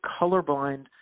colorblind